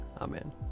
Amen